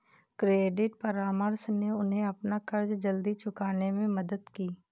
credit परामर्श ने उन्हें अपना कर्ज जल्दी चुकाने में मदद की